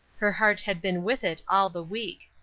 her heart had been with it all the week.